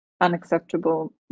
unacceptable